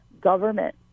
government